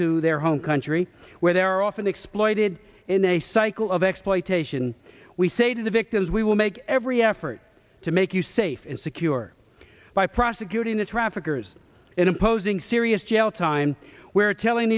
to their home country where they're often exploited in a cycle of exploitation we say to the victims we will make every effort to make you safe and secure by prosecuting the traffickers and imposing serious jail time where telling